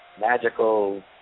magical